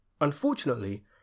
Unfortunately